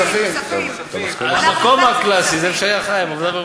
אתם רוצים ועדת הכנסת, או שאתם רוצים